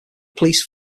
police